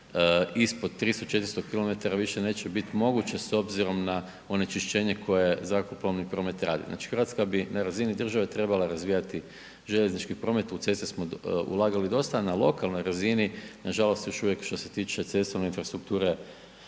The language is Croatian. ispod 300, 400km više neće biti moguće s obzirom na onečišćenje koje zrakoplovni promet radi. Znači Hrvatska bi na razini države trebala razvijati željezničke promet, u ceste smo ulagali dosta, a na lokalnoj razini nažalost još uvijek što se tiče cestovne infrastrukture